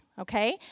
okay